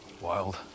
wild